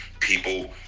People